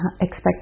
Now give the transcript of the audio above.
expect